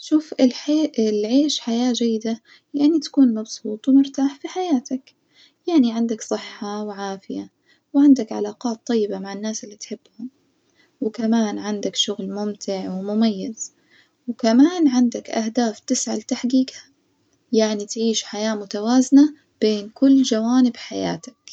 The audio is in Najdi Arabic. شوف الح- العيش حياة جيدة يعني تكون مبسوط ومرتاح في حياتك، يعني عندك صحة وعافية وعندك علاقات طيبة مع الناس اللي تحبهم، وكمان عندك شغل ممتع ومميز وكمان عندك أهداف تسعى لتحجيجها، يعني تعيش حياة متوازنة بين كل جوانب حياتك.